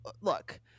look